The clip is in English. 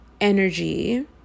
energy